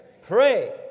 pray